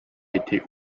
été